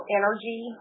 energy